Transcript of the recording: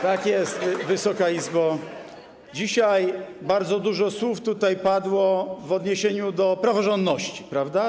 Tak jest, Wysoka Izbo, dzisiaj bardzo dużo słów tutaj padło w odniesieniu do praworządności, prawda?